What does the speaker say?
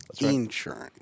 Insurance